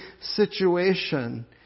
situation